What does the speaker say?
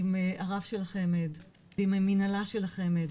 עם הרב של חמ"ד עם המנהלה של החמ"ד